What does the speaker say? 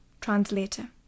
Translator